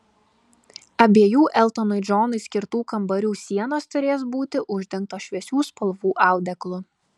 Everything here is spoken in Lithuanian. abiejų eltonui džonui skirtų kambarių sienos turės būti uždengtos šviesių spalvų audeklu